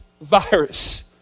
virus